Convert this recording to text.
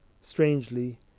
strangely